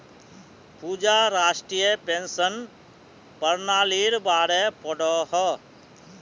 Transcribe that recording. पूजा राष्ट्रीय पेंशन पर्नालिर बारे पढ़ोह